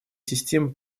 систем